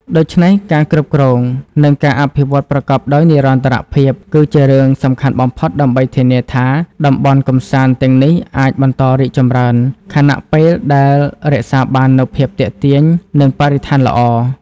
ដូច្នេះ ការគ្រប់គ្រង និងការអភិវឌ្ឍប្រកបដោយនិរន្តរភាព គឺជារឿងសំខាន់បំផុត ដើម្បីធានាថា តំបន់កម្សាន្តទាំងនេះអាចបន្តរីកចម្រើន ខណៈពេលដែលរក្សាបាននូវភាពទាក់ទាញ និងបរិស្ថានល្អ។